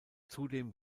zudem